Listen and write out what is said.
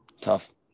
Tough